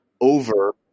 over